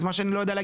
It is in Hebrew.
את מה שאני לא יודע,